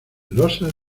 losas